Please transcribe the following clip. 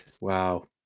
Wow